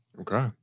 Okay